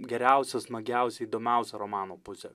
geriausia smagiausia įdomiausia romano pusė